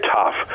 tough